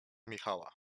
michała